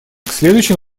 следующим